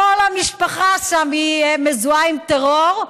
כל המשפחה שם מזוהה עם טרור,